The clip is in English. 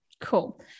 Cool